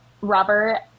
Robert